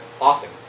often